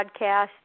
Podcast